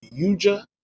Yuja